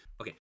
Okay